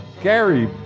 Gary